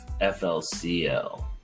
flcl